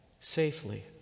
safely